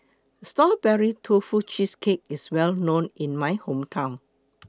Strawberry Tofu Cheesecake IS Well known in My Hometown